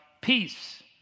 Peace